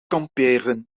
kamperen